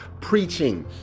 preaching